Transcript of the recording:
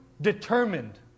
determined